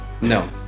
No